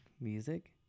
music